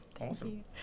Awesome